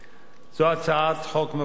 זו הצעת חוק מבורכת,